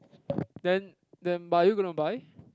then then but are you gonna buy